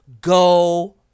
Go